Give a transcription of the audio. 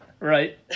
right